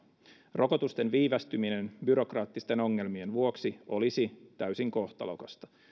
rokotusten viivästyminen byrokraattisten ongelmien vuoksi olisi täysin kohtalokasta